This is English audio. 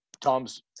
Tom's